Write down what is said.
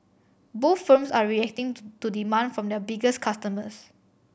both firms are reacting to to demand from their biggest customers